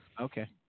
Okay